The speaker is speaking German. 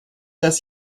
das